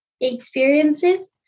experiences